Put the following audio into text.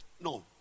no